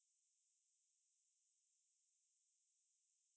刚刚 uh subscribe 而已因为